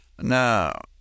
Now